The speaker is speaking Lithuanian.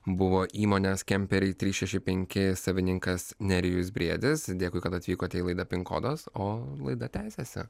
buvo įmonės kemperiai trys šeši penki savininkas nerijus briedis dėkui kad atvykote į laidą pin kodas o laida tęsiasi